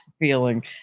feeling